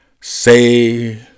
Say